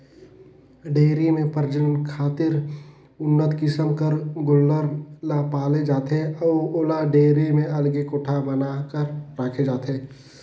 dairy में प्रजनन खातिर उन्नत किसम कर गोल्लर ल पाले जाथे अउ ओला डेयरी में अलगे कोठा बना कर राखे जाथे